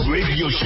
Radio